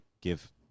give